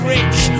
Rich